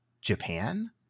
Japan